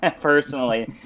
personally